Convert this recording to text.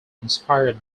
inspired